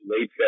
late